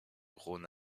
rhône